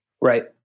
Right